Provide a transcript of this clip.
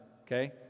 okay